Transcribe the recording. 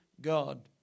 God